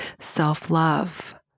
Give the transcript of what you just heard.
self-love